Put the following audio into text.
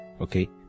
okay